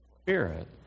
Spirit